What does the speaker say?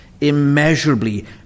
immeasurably